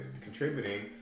contributing